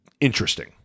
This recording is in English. interesting